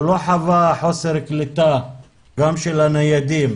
הוא לא חווה חוסר קליטה גם של הניידים.